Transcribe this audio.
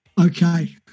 Okay